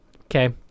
okay